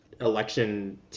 election